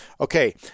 Okay